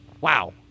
Wow